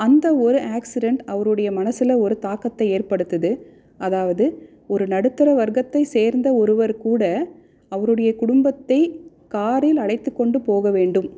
அந்த ஒரு ஆக்சிரென்ட் அவருடைய மனதில் ஒரு தாக்கத்தை ஏற்படுத்துது அதாவது ஒரு நடுத்தர வர்க்கத்தைச் சேர்ந்த ஒருவர் கூட அவருடைய குடும்பத்தைக் காரில் அழைத்துக்கொண்டு போக வேண்டும்